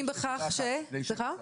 קצת סדר.